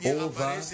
over